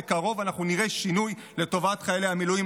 בקרוב אנחנו נראה שינוי לטובת חיילי המילואים.